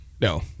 No